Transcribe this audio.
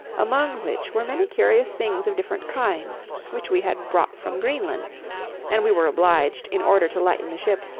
among which were many curious things of different kinds which we had brought from greenland and we were obliged, in order to lighten the ship,